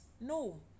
No